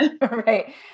Right